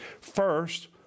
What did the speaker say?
First